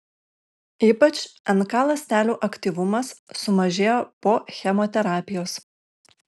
ypač nk ląstelių aktyvumas sumažėjo po chemoterapijos